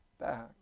back